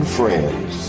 friends